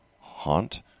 haunt